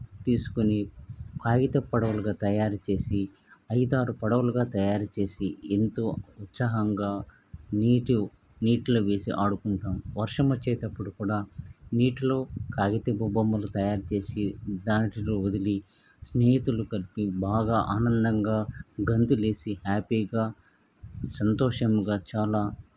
తీసుకుని కాగితపు పడవలుగా తయారు చేసి ఐదు ఆరు పడవలుగా తయారు చేసి ఎంతో ఉత్సాహంగా నీటి నీటిలో వేసి ఆడుకుంటాం వర్షం వచ్చేటప్పుడు కూడా నీటిలో కాగితపు బొమ్మలు తయారు చేసి దాంట్లో వదిలి స్నేహితులు కలిపి బాగా ఆనందంగా గంతులేసి హ్యాపీగా సంతోషంగా చాలా